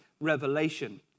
revelation